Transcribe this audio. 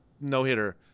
no-hitter